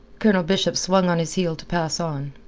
colonel bishop swung on his heel to pass on.